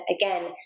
again